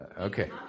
Okay